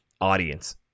audience